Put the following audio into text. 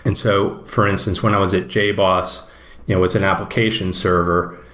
and so, for instance, when i was at jboss, it was an application server,